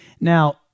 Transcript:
Now